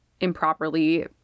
improperly